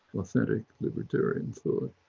authentic libertarian. for